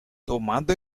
tomando